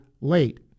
late